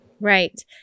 Right